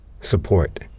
support